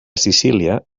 sicília